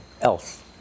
else